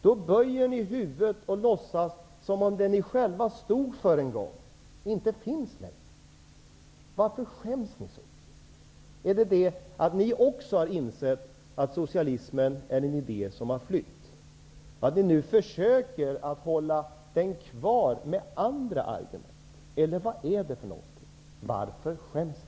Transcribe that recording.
Ni böjer huvudet och låtsas som om det ni själva en gång stod för inte längre finns. Varför skäms ni så? Är det därför att ni också har insett att socialismen är en idé som har flytt och att ni nu försöker hålla den kvar med andra argument? Eller vad är det? Varför skäms ni?